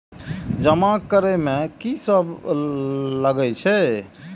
जमा करे में की सब लगे छै?